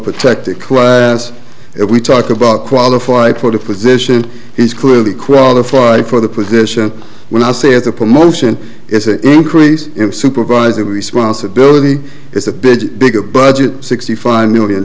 protected class if we talk about qualified for the position he's clearly qualified for the position when i say it's a promotion it's an increase in supervisory responsibility is a bit bigger budget sixty five million